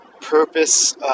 purpose